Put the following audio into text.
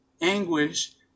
anguish